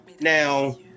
now